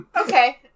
okay